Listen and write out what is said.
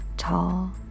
tall